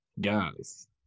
Guys